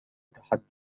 تحدث